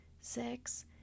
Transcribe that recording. six